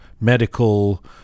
medical